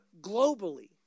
globally